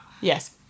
Yes